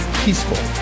peaceful